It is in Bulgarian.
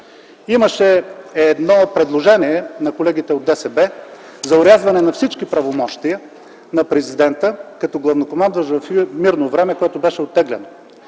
Имаше предложение на колегите от ДСБ за орязване на всички правомощия на Президента като главнокомандващ в мирно време, което беше оттеглено.